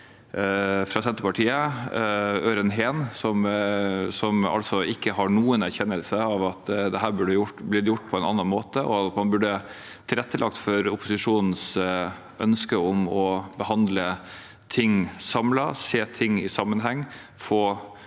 fra Senterpartiet, Øren Heen, som altså ikke har noen erkjennelse av at dette burde blitt gjort på en annen måte, og at man burde tilrettelagt for opposisjonens ønske om å behandle ting samlet, se ting i sammenheng